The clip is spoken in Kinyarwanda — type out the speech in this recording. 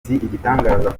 igitangaza